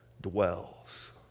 dwells